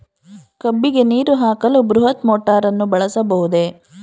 ಕಬ್ಬಿಗೆ ನೀರು ಹಾಕಲು ಬೃಹತ್ ಮೋಟಾರನ್ನು ಬಳಸಬಹುದೇ?